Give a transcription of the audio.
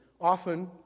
often